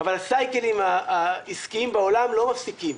אבל הסייקלים העסקיים בעולם לא מפסיקים.